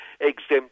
exempt